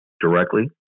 directly